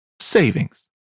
savings